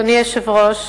אדוני היושב-ראש,